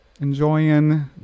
enjoying